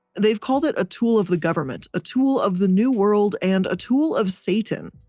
they've called it a tool of the government, a tool of the new world and a tool of satan.